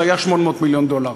זה היה 800 מיליון דולר.